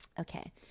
Okay